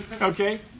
Okay